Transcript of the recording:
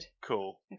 Cool